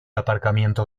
aparcamiento